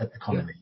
economy